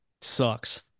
sucks